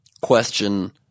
question